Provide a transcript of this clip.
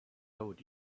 told